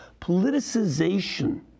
politicization